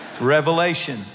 Revelation